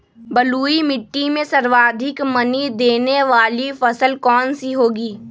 बलुई मिट्टी में सर्वाधिक मनी देने वाली फसल कौन सी होंगी?